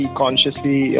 consciously